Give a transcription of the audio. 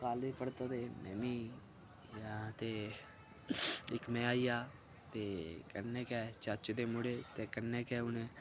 college पढ़दा ते में मी ते इक्क में आइया ते कन्नै गै चाचे दे मुड़े ते कन्नै गै हू'न